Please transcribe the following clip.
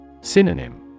Synonym